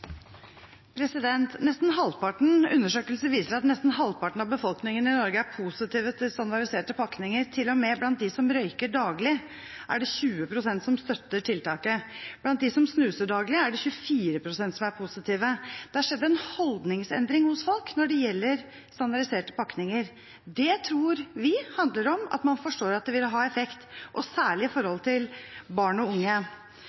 Undersøkelser viser at nesten halvparten av befolkningen i Norge er positive til standardiserte pakninger, til og med blant dem som røyker daglig, er det 20 pst. som støtter tiltaket. Blant dem som snuser daglig, er det 24 pst. som er positive. Det har skjedd en holdningsendring hos folk når det gjelder standardiserte pakninger. Det tror vi handler om at man forstår at det vil ha effekt, og særlig med hensyn til barn og unge.